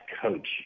coach